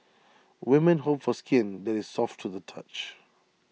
women hope for skin that is soft to the touch